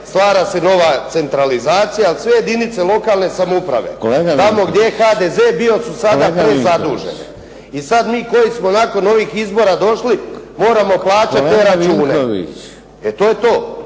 stvara se nova centralizacija sve jedinice lokalne samouprave. Tamo gdje je HDZ bio su sada prezadužene. I sada mi koji smo nakon ovih izbora došli moramo plaćati te račune. I to je to.